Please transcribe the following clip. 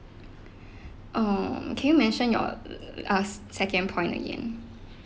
err can you mention your err second point again